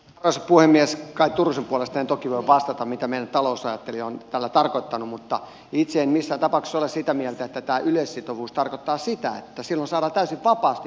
kaj turusen puolesta en toki voi vastata mitä meidän talousajattelijamme on nyt tällä tarkoittanut mutta itse en missään tapauksessa ole sitä mieltä että tämä yleissitovuus tarkoittaa sitä että silloin saadaan täysin vapaasti määritellä tämä palkkataso